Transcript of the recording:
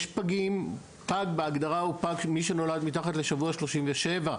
פג בהגדרה הוא מי שנולד מתחת לשבוע 37,